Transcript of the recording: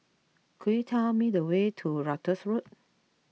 could you tell me the way to Ratus Road